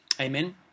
Amen